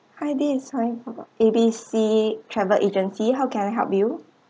hi this is A_B_C travel agency how can I help you